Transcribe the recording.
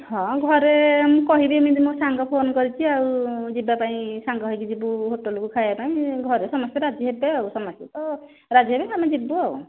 ହଁ ଘରେ କହିବି ଏମିତି ମୋ ସାଙ୍ଗ ଫୋନ୍ କରିଛି ଆଉ ଯିବା ପାଇଁ ସାଙ୍ଗ ହୋଇକି ଯିବୁ ହୋଟେଲ୍କୁ ଖାଇବା ପାଇଁ ଘରେ ସମସ୍ତେ ରାଜି ହେବେ ଆଉ ସମସ୍ତେ ତ ରାଜି ହେବେ ଆମେ ଯିବୁ ଆଉ